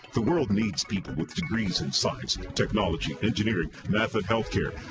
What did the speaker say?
the world needs people with degrees in science technology, engineering, math, and healthcare.